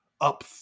up